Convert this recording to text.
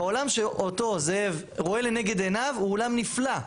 בעולם שאותו זאב רואה לנגד עיניו הוא עולם נפלא.